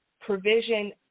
provision